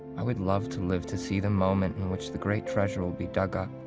i would love to live to see the moment in which the great treasure will be dug up